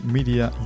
Media